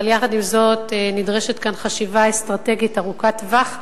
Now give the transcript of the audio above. אבל עם זאת, נדרשת כאן חשיבה אסטרטגית ארוכת-טווח,